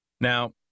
Now